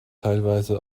teilweise